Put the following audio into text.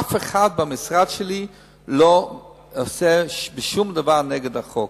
אף אחד במשרד שלי לא עושה שום דבר נגד החוק,